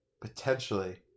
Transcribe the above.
potentially